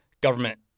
government